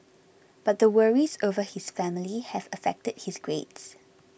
but the worries over his family have affected his grades